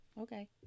okay